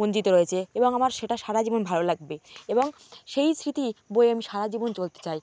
মঞ্জিতো রয়েছে এবং আমার সেটা সারা জীবন ভালো লাগবে এবং সেই স্মৃতি বয়ে আমি সারা জীবন চলতে চাই